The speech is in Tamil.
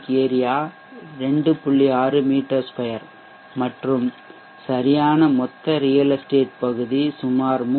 6 மீ 2 மற்றும் சரியான மொத்த ரியல் எஸ்டேட் பகுதி சுமார் 3